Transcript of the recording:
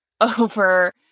over